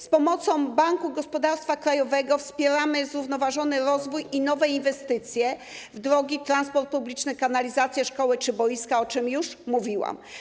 Z pomocą Banku Gospodarstwa Krajowego wspieramy zrównoważony rozwój i nowe inwestycje w drogi, transport publiczny, kanalizacje, szkoły czy boiska, o czym już mówiłam.